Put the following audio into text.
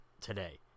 today